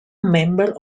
member